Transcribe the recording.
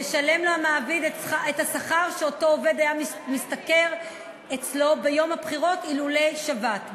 ישלם לו המעביד את השכר שהוא היה משתכר אצלו ביום הבחירות אילולא שבת,